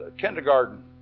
kindergarten